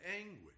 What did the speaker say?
anguish